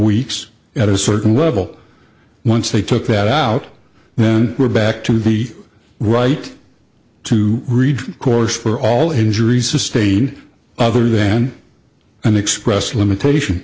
weeks at a certain level once they took that out then we're back to the right to read course for all injuries sustain other than an express limitation